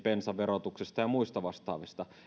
bensaverotuksista ja muista vastaavista